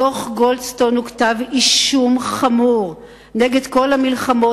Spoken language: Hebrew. דוח גולדסטון הוא כתב-אישום חמור נגד כל המלחמות